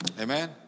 Amen